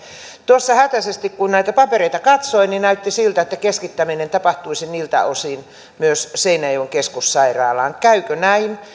tuossa hätäisesti kun näitä papereita katsoin näytti siltä että keskittäminen tapahtuisi myös niiltä osin seinäjoen keskussairaalaan käykö näin